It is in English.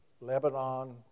Lebanon